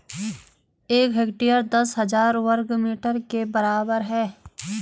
एक हेक्टेयर दस हजार वर्ग मीटर के बराबर है